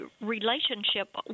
relationship